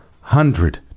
hundred